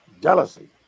jealousy